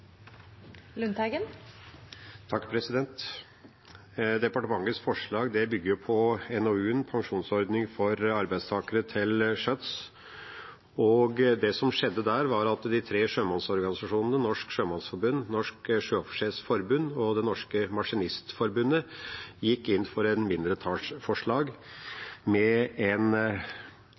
Departementets forslag bygger på NOU 2014: 17, Pensjonsordning for arbeidstakere til sjøs. Det som skjedde da, var at de tre sjømannsorganisasjonene – Norsk Sjømannsforbund, Norsk Sjøoffisersforbund og Det norske maskinistforbund – gikk inn for et mindretallsforslag med en